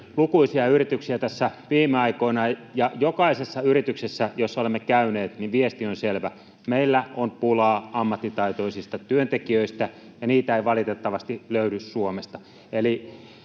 lukuisia yrityksiä viime aikoina, ja jokaisessa yrityksessä, jossa olemme käyneet, viesti on selvä: meillä on pulaa ammattitaitoisista työntekijöistä, ja niitä ei valitettavasti löydy Suomesta.